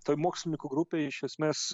toj mokslininkų grupėj iš esmes